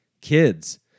kids